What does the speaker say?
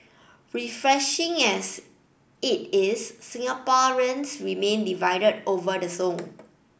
refreshing as it is Singaporeans remain divided over the song